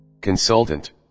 consultant